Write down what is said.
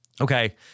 Okay